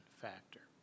factor